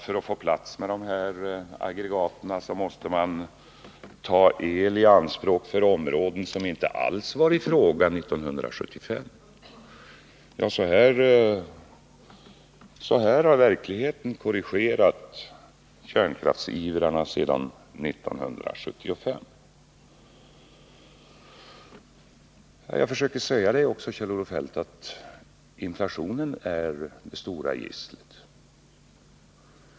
För att få plats med dessa aggregat måste man ta el i anspråk för områden som inte alls var i fråga 1975. Så har verkligheten korrigerat kärnkraftsivrarna sedan 1975. Jag försökte också säga, Kjell-Olof Feldt. att inflationen är det stora gisslet.